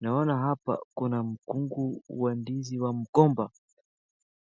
Naona hapa kuna mkungu wa ndizi wa mgomba,